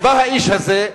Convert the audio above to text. ובא האיש הזה,